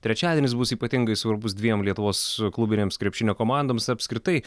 trečiadienis bus ypatingai svarbus dviem lietuvos klubinėms krepšinio komandoms apskritai